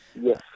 yes